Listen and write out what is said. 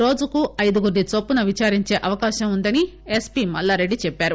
రోజుకు ఐదుగురిని చొప్పున విదారించే అవకాశం ఉందని ఎస్పీ మల్లారెడ్డి చెప్పారు